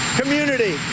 community